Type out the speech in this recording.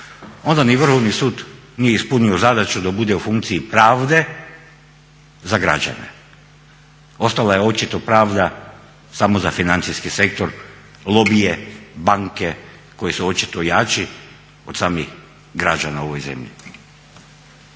onda ni Vrhovni sud nije ispunio zadaću da bude u funkciji pravde za građane. Ostala je očito pravda samo za financijski sektor, lobije, banke koji su očito jači od samih građana u ovoj zemlji.